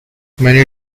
many